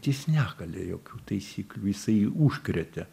jis nekalė jokių taisyklių jisai užkrėtė